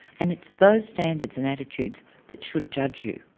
and it's those standards and attitudes that should judge you,